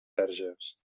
verges